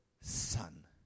son